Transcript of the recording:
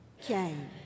came